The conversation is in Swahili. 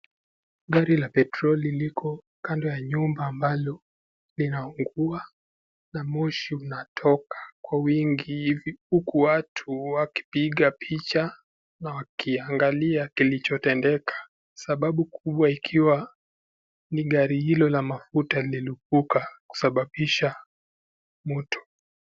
Gari la petroli liko kando ya nyumba ambalo linaungua na moshi unatoka kwa wingi hivi ,huku watu wakipiga picha na wakiangalia kilichotendeka. Sababu kubwa ikiwa ni gari hilo la mafuta lililipuka kusababisha moto.